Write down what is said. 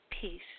peace